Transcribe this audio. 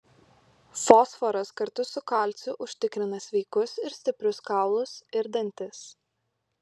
fosforas kartu su kalciu užtikrina sveikus ir stiprius kaulus ir dantis